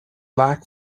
lack